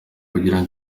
kugira